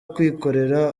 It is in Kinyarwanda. kwikorera